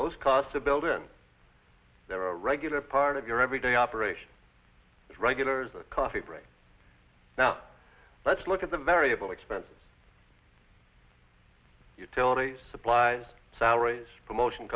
those costs to build in there are a regular part of your everyday operation regulars a coffee break now let's look at the variable expenses utilities supplies salaries promotion